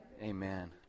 Amen